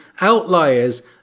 outliers